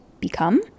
become